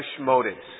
motives